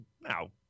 Now